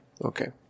Okay